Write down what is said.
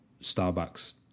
Starbucks